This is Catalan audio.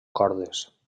cordes